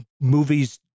movies